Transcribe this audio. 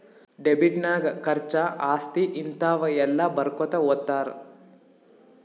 debit ನಾಗ್ ಖರ್ಚಾ, ಆಸ್ತಿ, ಹಿಂತಾವ ಎಲ್ಲ ಬರ್ಕೊತಾ ಹೊತ್ತಾರ್